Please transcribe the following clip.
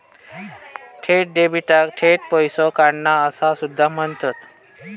थेट डेबिटाक थेट पैसो काढणा असा सुद्धा म्हणतत